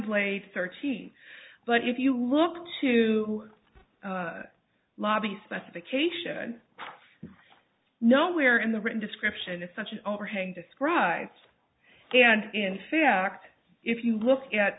plate thirteen but if you look to lobby specification no where in the written description is such an overhang describes and in fact if you look at